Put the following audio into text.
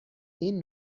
این